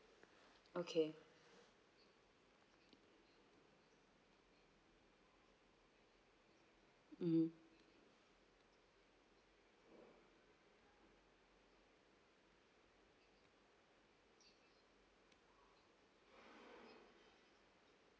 okay mmhmm